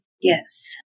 Yes